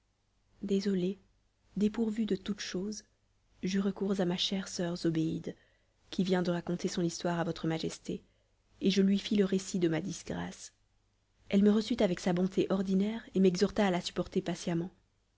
désolée dépourvue de toutes choses j'eus recours à ma chère soeur zobéide qui vient de raconter son histoire à votre majesté et je lui fis le récit de ma disgrâce elle me reçut avec sa bonté ordinaire et m'exhorta à la supporter patiemment